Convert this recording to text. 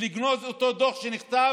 ולגנוז את אותו דוח שנכתב,